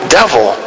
devil